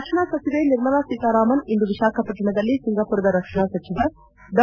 ರಕ್ಷಣಾ ಸಚಿವೆ ನಿರ್ಮಲಾ ಸೀತಾರಾಮನ್ ಇಂದು ವಿಶಾಖಷ್ಟುಣದಲ್ಲಿ ಸಿಂಗಮರದ ರಕ್ಷಣಾ ಸಚಿವ ಡಾ